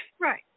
Right